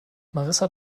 marissa